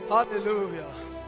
Hallelujah